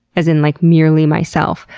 as in like merely myself,